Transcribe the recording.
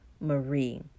Marie